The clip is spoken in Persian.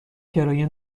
کرایه